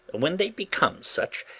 when they become such,